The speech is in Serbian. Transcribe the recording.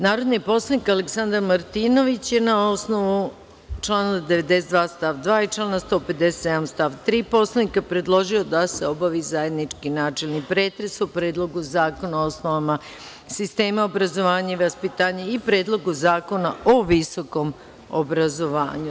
Narodni poslanik dr Aleksandar Martinović, na osnovu člana 92. stav 2. i člana 157. stav 3. Poslovnika Narodne skupštine, predložio je da se obavi zajednički načelni pretres o: Predlogu zakona o osnovama sistema obrazovanja i vaspitanja iPredlogu zakona o visokom obrazovanju.